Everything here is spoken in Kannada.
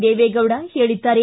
ದೇವೇಗೌಡ ಹೇಳಿದ್ದಾರೆ